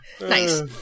Nice